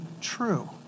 true